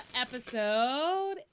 episode